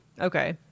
okay